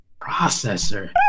processor